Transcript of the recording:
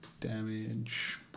damage